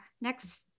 next